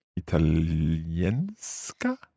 Italienska